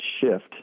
shift